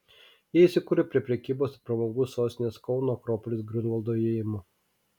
jie įsikūrė prie prekybos ir pramogų sostinės kauno akropolis griunvaldo įėjimo